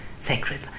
sacred